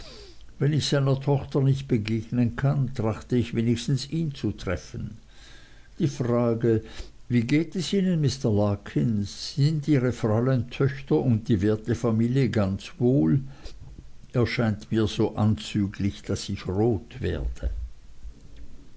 wenn ich seiner tochter nicht begegnen kann trachte ich wenigstens ihn zu treffen die frage wie geht es ihnen mr larkins sind ihre fräulein töchter und die werte familie ganz wohl erscheint mir so anzüglich daß ich rot werde